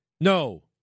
No